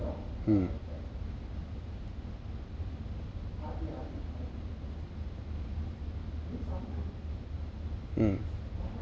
mm mm